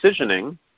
decisioning